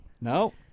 No